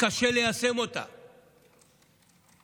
וקשה ליישם אותן א.